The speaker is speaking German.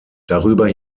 darüber